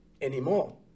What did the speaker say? anymore